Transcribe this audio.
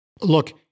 Look